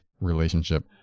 relationship